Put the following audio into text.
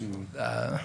10.2%-10.3%.